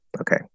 Okay